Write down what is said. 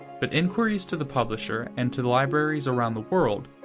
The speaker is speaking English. but inquiries to the publisher, and to libraries around the world,